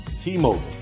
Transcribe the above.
T-Mobile